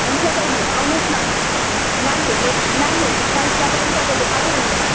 हुन्छ बहिनी आउनु होस् न नानीहरूको नानीहरूको साइजमा पनि तपाईँले पाइहाल्नु हुन्छ